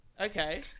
okay